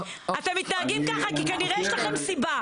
אתם מתנהגים ככה כי כנראה יש לכם סיבה.